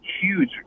huge